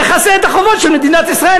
נכסה את החובות של מדינת ישראל,